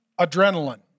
adrenaline